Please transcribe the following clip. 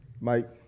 mike